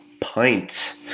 Pint